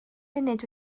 munud